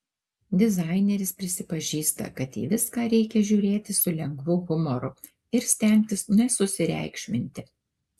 dizaineris prisipažįsta kad į viską reikia žiūrėti su lengvu humoru ir stengtis nesusireikšminti